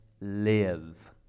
live